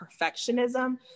perfectionism